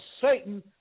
Satan